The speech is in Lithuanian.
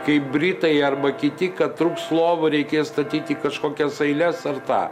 kaip britai arba kiti kad trūks lovų reikės statyt į kažkokias eiles ar tą